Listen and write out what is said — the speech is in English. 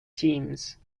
teams